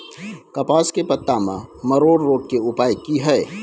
कपास के पत्ता में मरोड़ रोग के उपाय की हय?